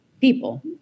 people